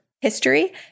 history